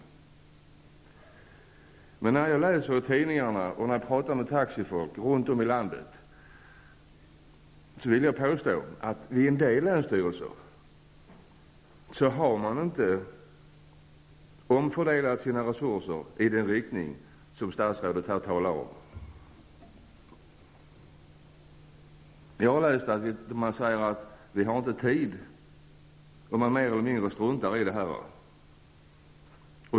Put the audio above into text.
Efter att ha läst det som står i tidningarna och efter att ha pratat med taxifolk runt om i landet vill jag dock påstå att man vid en del länsstyrelser inte har omfördelat sina resurser i den riktning som statsrådet här talar om. Jag har läst att man säger sig inte ha tid att göra det och att man därför mer eller mindre struntar i det.